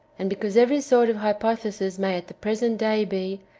and because every sort of hypothesis may at the present day be,